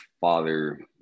father